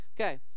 Okay